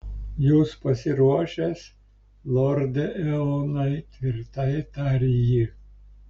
jūs pasiruošęs lorde eonai tvirtai tarė ji